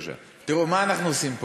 תראו, מה אנחנו עושים פה?